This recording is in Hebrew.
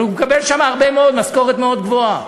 הוא מקבל שם משכורת מאוד גבוהה,